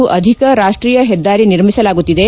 ಗೂ ಅಧಿಕ ರಾಷ್ಷೀಯ ಹೆದ್ದಾರಿ ನಿರ್ಮಿಸಲಾಗುತ್ತಿದೆ